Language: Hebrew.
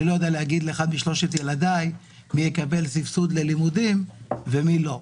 אני לא יודע להגיד לך משלושת ילדיי מי יקבל סבסוד ללימודים ומי לא.